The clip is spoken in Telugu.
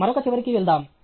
మరొక చివరకి వెళ్దాం